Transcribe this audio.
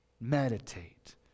meditate